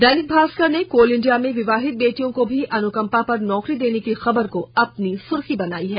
दैनिक भास्कर ने coal India में विवाहित बेटियों को भी अनुकंपा पर नौकरी देने की खबर को अपनी सुर्खी बनाई है